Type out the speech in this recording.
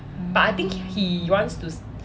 mm